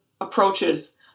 approaches